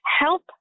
help